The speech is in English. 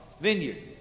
vineyard